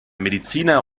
mediziner